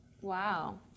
Wow